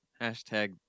Hashtag